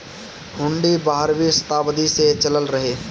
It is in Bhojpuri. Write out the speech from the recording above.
हुन्डी बारहवीं सताब्दी से चलल रहे